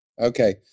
Okay